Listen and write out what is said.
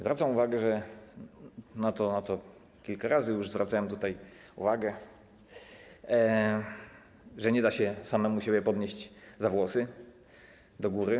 Zwracam uwagę na to, na co kilka razy już zwracałem tutaj uwagę, że nie da się samego siebie podnieść za włosy do góry.